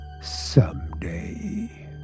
someday